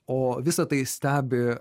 o visa tai stebi